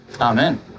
Amen